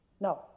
No